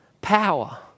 power